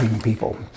people